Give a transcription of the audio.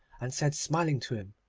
and said smiling to him,